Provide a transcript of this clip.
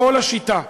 כל השיטה,